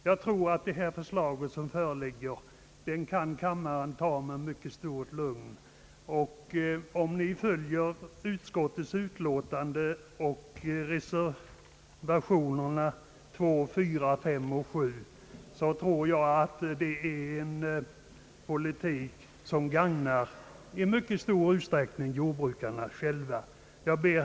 Jag tror att de förslag som föreligger kan kammaren anta med mycket stort lugn. Om ni följer utskottets utlåtande och reservationerna 2, 4a, 5 och 7, kommer vi att få en politik som i mycket stor utsträckning gagnar jordbrukarna själva. Herr talman!